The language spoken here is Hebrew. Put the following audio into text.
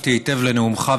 הקשבתי היטב לנאומך,